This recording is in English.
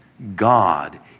God